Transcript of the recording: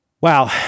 Wow